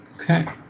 Okay